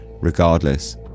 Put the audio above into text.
Regardless